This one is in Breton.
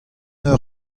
eur